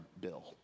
bill